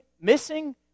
missing